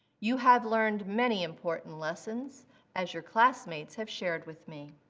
you have learned many important lessons as your classmates have shared with me.